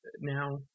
now